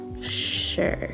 sure